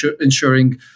ensuring